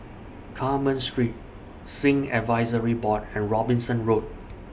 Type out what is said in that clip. Carmen Street Sikh Advisory Board and Robinson Road